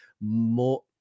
more